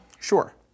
Sure